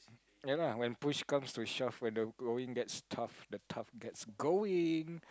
ya lah when push comes to shove when the going gets tough when the tough gets going